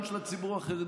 גם של הציבור החרדי,